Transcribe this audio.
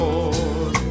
Lord